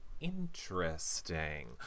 Interesting